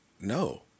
no